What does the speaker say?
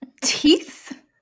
teeth